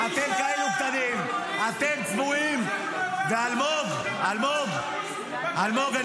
אתם הצבעתם נגד גירוש משפחות, על מה אתה מדבר?